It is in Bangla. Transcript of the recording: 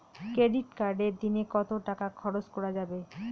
ক্রেডিট কার্ডে দিনে কত টাকা খরচ করা যাবে?